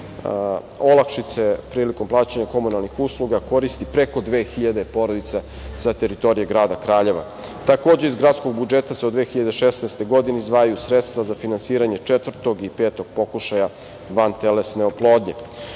olakšice prilikom plaća komunalnih usluga, koristi preko 2000 porodica sa teritorije grada Kraljeva. Takođe, iz gradskog budžeta se od 2016. godine izdvajaju sredstva za finansiranje četvrtog i petog pokušaja vantelesne oplodnje.